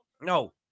no